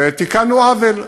ותיקנו עוול.